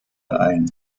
ein